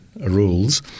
rules